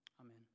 amen